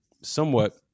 somewhat